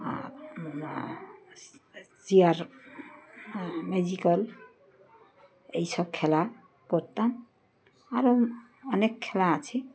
আর chair magical এইসব খেলা করতাম আরও অনেক খেলা আছে